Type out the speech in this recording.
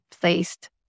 placed